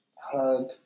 hug